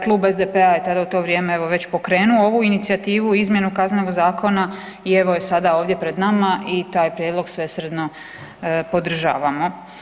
Klub SDP-a je tada u to vrijeme evo već pokrenuo ovu inicijativu izmjenu Kaznenog zakona i evo je sada ovdje pred nama i taj prijedlog svesrdno podržavamo.